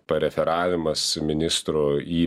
pareferavimas ministro į